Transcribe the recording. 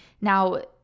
Now